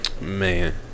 Man